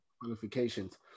qualifications